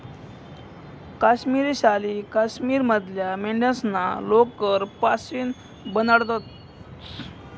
काश्मिरी शाली काश्मीर मधल्या मेंढ्यास्ना लोकर पाशीन बनाडतंस